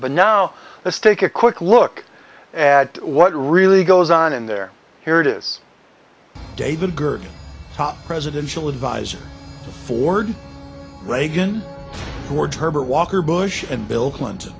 but now let's take a quick look at what really goes on in their heritage is david gergen top presidential advisor to ford reagan george herbert walker bush and bill clinton